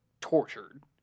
tortured